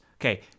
Okay